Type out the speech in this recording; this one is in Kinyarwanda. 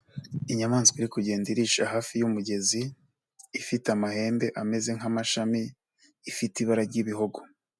Inyamaswa iri kugenda irisha hafi y'umugezi, ifite amahembe ameze nk'amashami, ifite ibara ry'ibihogo.